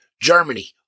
Germany